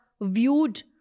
viewed